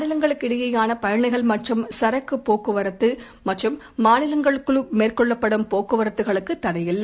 மாநிலங்களுக்கிடையேயானபயணிகள் மற்றும் சரக்குப் போக்குவரத்துமற்றும் மாநிலங்களுக்குள் மேற்கொள்ளப்படும் போக்குவரத்துகளுக்குதடையில்லை